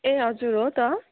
ए हजुर हो त